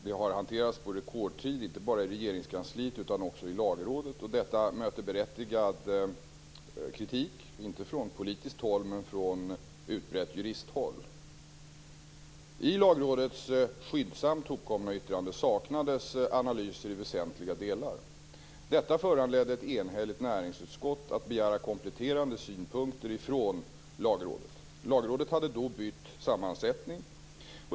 Det har hanterats på rekordtid inte bara i Regeringskansliet utan också i Lagrådet. Detta möter berättigad kritik, inte från politiskt håll men från utbrett juristhåll. I Lagrådets skyndsamt hopkomna yttrande saknades analyser i väsentliga delar. Detta föranledde ett enhälligt näringsutskott att begära kompletterande synpunkter från Lagrådet. Lagrådet hade då bytt sammansättning.